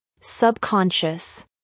Subconscious